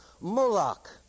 Moloch